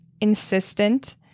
insistent